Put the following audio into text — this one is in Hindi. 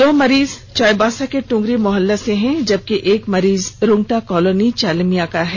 दो मरीज चाईबासा के ट्ंगरी मोहल्ले से हैं जबकि एक मरीज रुंगटा कॉलोनी चालियामा का है